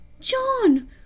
John